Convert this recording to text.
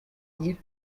bagira